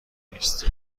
نیست